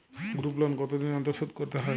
Group loan কতদিন অন্তর শোধকরতে হয়?